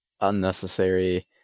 unnecessary